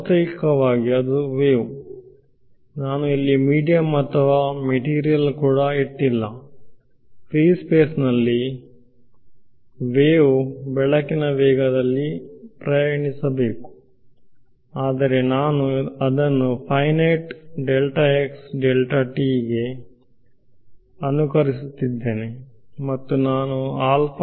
ಭೌತಿಕವಾಗಿ ಅದು ವೇವ್ ನಾನು ಇಲ್ಲಿ ಮೀಡಿಯಂ ಅಥವಾ ಮಟೀರಿಯಲ್ ಕೂಡ ಇಟ್ಟಿಲ್ಲ ಫ್ರೀ ಸ್ಪೇಸ್ ನಲ್ಲಿ ವೇವ್ ಬೆಳಕಿನ ವೇಗದಲ್ಲಿ ಪ್ರಯಾಣಿಸಬೇಕು ಆದರೆ ನಾನು ಅದನ್ನು ಫೈನೈಟ್ ಅನುಕರಿಸುತ್ತಿದ್ದೇನೆ ಮತ್ತು ನಾನು ಆರಿಸಿದೆ